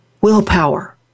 willpower